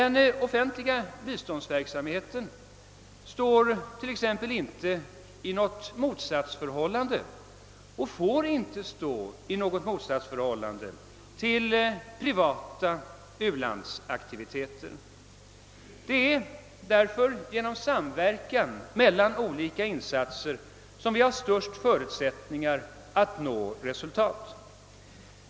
Den offentliga biståndsverksamheten står inte och får inte stå: i något motsatsförhållande till privata: u-landsaktiviteter. Det är därför genom: samverkan mellan olika insatser som vi har de största förutsättningarna att nå: effektiva och hjälpande resultat.